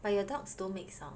but your dogs don't make sound